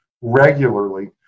regularly